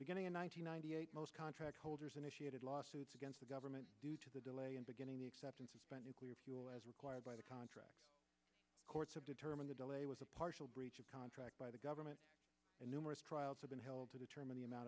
beginning in one thousand nine hundred eight most contract holders initiated lawsuits against the government due to the delay in beginning the exception suspending clear fuel as required by the contract courts have determined the delay was a partial breach of contract by the government and numerous trials have been held to determine the amount